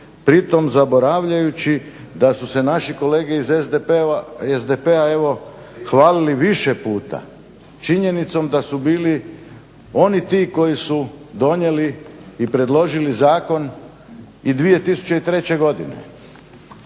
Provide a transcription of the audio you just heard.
pri tome zaboravljajući da su se naše kolege iz SDP-a hvalili više puta činjenicom da su bili oni ti koji su donijeli i predložili zakon i 2003.godine.